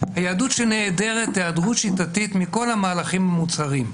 היהדות שנעדרת היעדרות שיטתית מכל המהלכים המוצהרים.